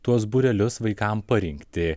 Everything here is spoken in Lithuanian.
tuos būrelius vaikam parinkti